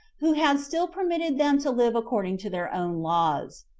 who had still permitted them to live according to their own laws.